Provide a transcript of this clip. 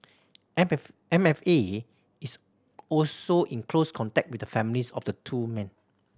M F M F A is also in close contact with the families of the two men